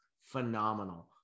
phenomenal